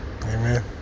Amen